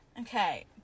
Okay